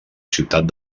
ciutat